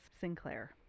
Sinclair